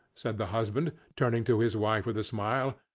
said the husband, turning to his wife with a smile,